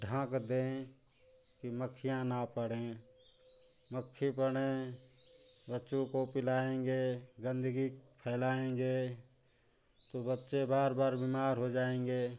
ढँक दें की मक्खियाँ ना पड़ें मक्खी पड़ें बच्चों को पिलायेंगे गंदगी फैलाएँगे तो बच्चे बार बार बीमार हो जाएँगे